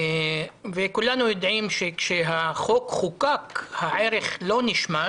כולנו יודעים שכשהחוק חוקק הערך לא נשמט,